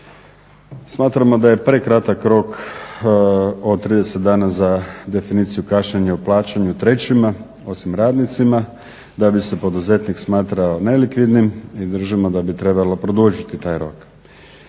Smatramo da je prekratak rok od 30 dana za definiciju kašnjenja u plaćanju trećima, osim radnicima, da bi se poduzetnik smatrao nelikvidnim držimo da bi trebalo produžiti taj rok.